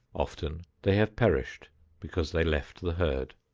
often they have perished because they left the herd.